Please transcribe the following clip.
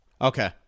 Okay